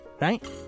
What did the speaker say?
right